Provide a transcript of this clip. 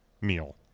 meal